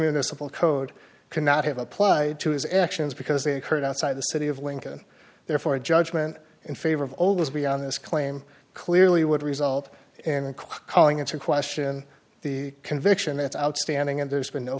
civil code cannot have applied to his actions because they occurred outside the city of lincoln therefore a judgment in favor of always be on this claim clearly would result in calling into question the conviction it's outstanding and there's been no